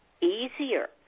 easier